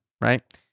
right